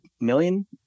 million